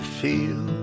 feel